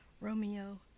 Romeo